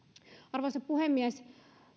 arvoisa puhemies